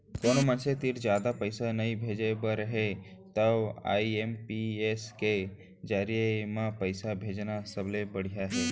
कोनो मनसे तीर जादा पइसा नइ भेजे बर हे तव आई.एम.पी.एस के जरिये म पइसा भेजना सबले बड़िहा हे